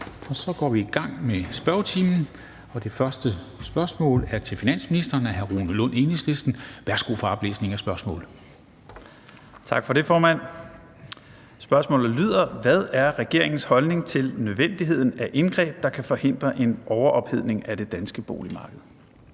Så går vi i gang med spørgetiden. Det første spørgsmål er til finansministeren af hr. Rune Lund, Enhedslisten. Kl. 13:01 Spm. nr. S 1218 1) Til finansministeren af: Rune Lund (EL): Hvad er regeringens holdning til nødvendigheden af indgreb, der kan forhindre en overophedning af det danske boligmarked?